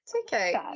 okay